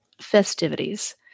festivities